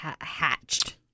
hatched